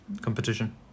Competition